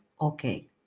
okay